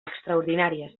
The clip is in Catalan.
extraordinàries